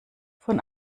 von